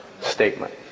statement